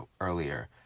earlier